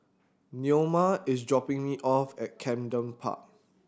Neoma is dropping me off at Camden Park